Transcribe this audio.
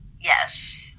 Yes